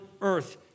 earth